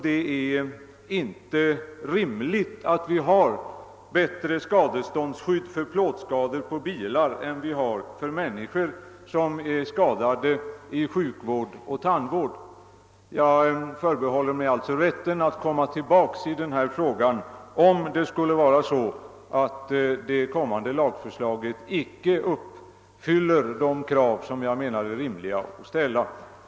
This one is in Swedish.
Det är inte rimligt att vi har bättre skadeståndsskydd för plåtskador på bilar än för människor som skadas i sjukvård eller tandvård. Jag förbe håller mig därför rätten att komma tillbaka i denna fråga, om det väntade lagförslaget inte uppfyller de krav som jag anser det vara rimligt att ställa.